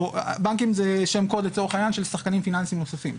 בנקים זה שם קוד לצורך העניין של שחקנים פיננסיים נוספים.